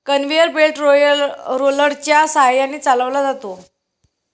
conveyor belt रोलरच्या सहाय्याने चालवला जातो